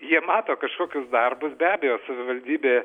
jie mato kažkokius darbus be abejo savivaldybė